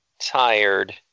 tired